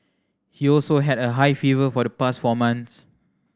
he also had a high fever for the past four months